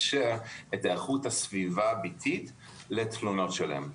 איך לקשר את איכות הסביבה הביתית לתלונות שלהם.